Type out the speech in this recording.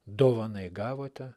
dovanai gavote